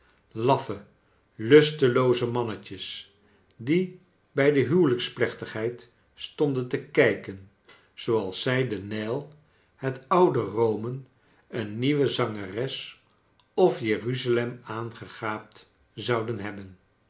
laffe lustelooze man net jes die bij de huwelijksplechtigheid stonden te kijken zooals zij den nijl het oude rome een nieuwe zangeres of jeruzalem aangegaapt zouden hebben